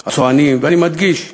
הצועני, אני מדגיש: